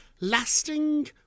lasting